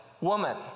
woman